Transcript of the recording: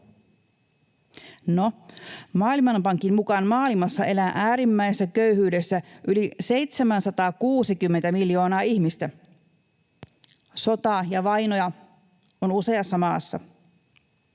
Maailmanpankin mukaan maailmassa elää äärimmäisessä köyhyydessä yli 760 miljoonaa ihmistä. Sotaa ja vainoja on useassa maassa.